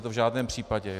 To v žádném případě.